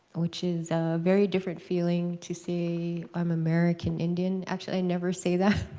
which is a very different feeling to say, i'm american indian. actually, i never say that.